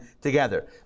together